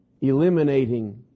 eliminating